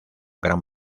gran